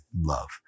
love